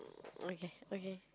okay okay